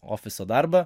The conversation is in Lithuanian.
ofiso darbą